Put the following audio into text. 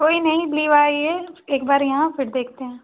कोई नहीं ले आइए एक बार यहाँ फिर देखते हैं